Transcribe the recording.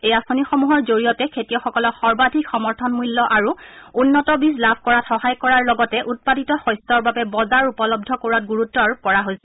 এই আঁচনিসমূহৰ জৰিয়তে খেতিয়কসকলক সৰ্বাধিক সমৰ্থন মূল্য আৰু উন্নত বীজ লাভ কৰাত সহায় কৰাৰ লগতে উৎপাদিত শস্যৰ বাবে বজাৰ উপলব্ধ কৰোৱাত গুৰুত্ আৰোপ কৰা হৈছে